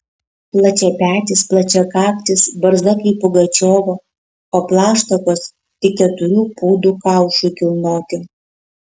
plačiapetis plačiakaktis barzda kaip pugačiovo o plaštakos tik keturių pūdų kaušui kilnoti